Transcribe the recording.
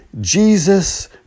Jesus